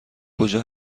کجا